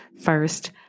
first